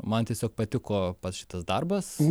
man tiesiog patiko pats šitas darbas